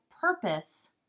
purpose